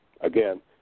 again